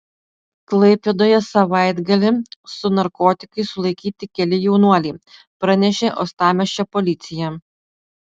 klaipėdoje savaitgalį su narkotikais sulaikyti keli jaunuoliai pranešė uostamiesčio policija